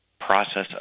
process